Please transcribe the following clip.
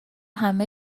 همه